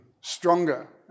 stronger